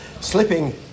Slipping